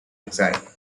exile